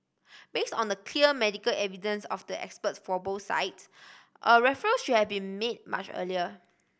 base on the clear medical evidence of the experts for both sides a referral should have been made much earlier